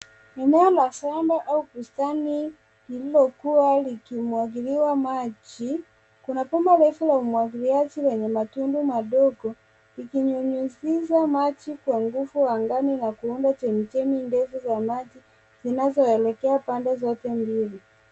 Eneo la shamba au bustani lililokuwa likimwagiliwa maji. Kuna bomba refu la umwagiliaji lenye matundu madogo ikinyunyuza maji kwa nguvu angani na kuunda chemichemi ndefu za maji zinazoelekea pande zote mbili.